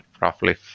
roughly